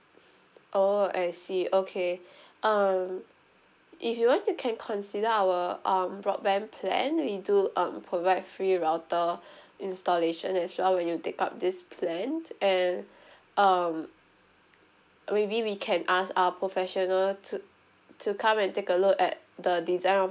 oh I see okay um if you want you can consider our um broadband plan we do um provide free router installation as well when you take up this plan and um maybe we can ask our professional to to come and take a look at the design of